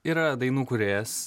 yra dainų kūrėjas